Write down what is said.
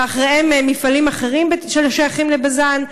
ואחריו מפעלים אחרים ששייכים לבז"ן.